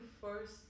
first